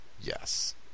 Yes